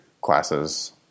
classes